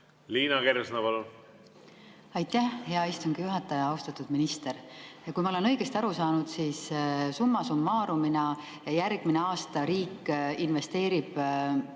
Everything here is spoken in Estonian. Liina Kersna, palun! Aitäh, hea istungi juhataja! Austatud minister! Kui ma olen õigesti aru saanud, siissumma summarum'ina järgmine aasta riik investeerib